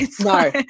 No